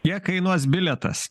kiek kainuos bilietas